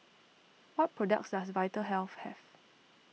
what products does Vitahealth have